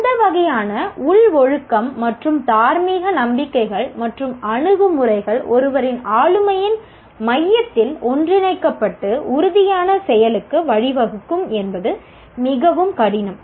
அந்த வகையான உள் ஒழுக்கம் மற்றும் தார்மீக நம்பிக்கைகள் மற்றும் அணுகுமுறைகள் ஒருவரின் ஆளுமையின் மையத்தில் ஒன்றிணைக்கப்பட்டு உறுதியான செயலுக்கு வழிவகுக்கும் என்பது மிகவும் கடினம்